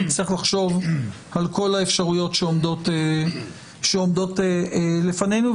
צריך לחשוב על כל האפשרויות שעומדות לפנינו.